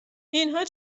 اینها